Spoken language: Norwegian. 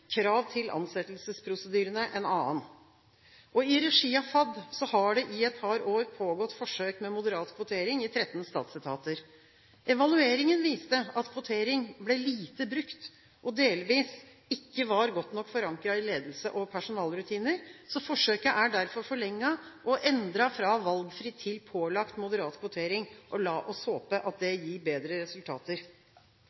krav til ansettelsesprosedyrene en annen. I regi av Fornyings-, administrasjons- og kirkedepartementet har det i et par år pågått forsøk med moderat kvotering i 13 statsetater. Evalueringen viste at kvotering ble lite brukt, og at den delvis ikke var godt nok forankret i ledelse og personalrutiner. Så forsøket er derfor forlenget og endret fra valgfri til pålagt moderat kvotering. La oss håpe at det